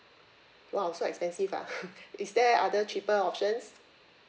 !wow! so expensive ah is there other cheaper options